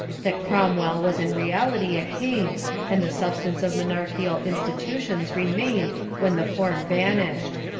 that cromwell was in reality a king and the substance of monarchical institutions remained when the form vanished.